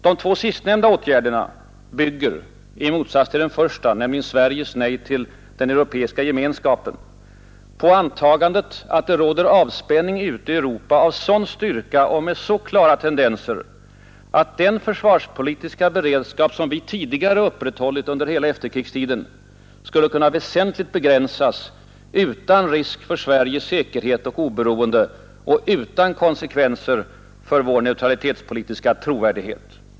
De två sistnämnda åtgärderna bygger, i motsats till den första — Sveriges nej till den europeiska gemenskapen — på antagandet, att det råder avspänning ute i Europa, av sådan styrka och med så klara tendenser att den försvarspolitiska beredskap som vi upprätthållit under hela efterkrigstiden skulle kunna väsentligt begränsas utan risk för Sveriges säkerhet och oberoende och utan konsekvenser för vår neutralitetspolitiska trovärdighet.